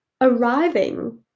arriving